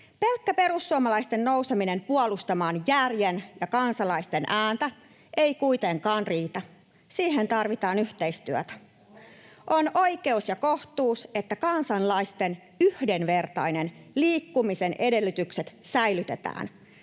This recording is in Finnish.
Pelkkä perussuomalaisten nouseminen puolustamaan järjen ja kansalaisten ääntä ei kuitenkaan riitä. Siihen tarvitaan yhteistyötä. [Katri Kulmuni: Ohhoh!] On oikeus ja kohtuus, että kansalaisten yhdenvertaisen liikkumisen edellytykset säilytetään.